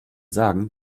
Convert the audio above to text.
sagen